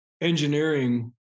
engineering